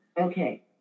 Okay